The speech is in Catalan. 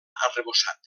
arrebossat